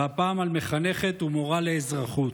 והפעם על מחנכת ומורה לאזרחות.